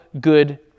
good